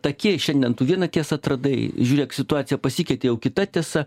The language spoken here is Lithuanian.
taki šiandien vieną tiesą atradai žiūrėk situacija pasikeitė jau kita tiesa